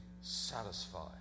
satisfied